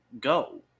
go